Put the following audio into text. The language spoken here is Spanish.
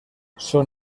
son